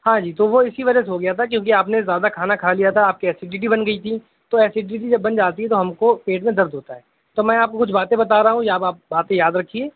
ہاں جی تو وہ اسی وجہ سے ہو گیا تھا کیونکہ آپ نے زیادہ کھانا کھا لیا تھا آپ کے ایسیڈیٹی بن گئی تھی تو ایسیڈیٹی جب بن جاتی ہے تو ہم کو پیٹ میں درد ہوتا ہے تو میں آپ کو کچھ باتیں بتا رہا ہوں یہ آپ آپ باتیں یاد رکھیے